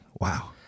Wow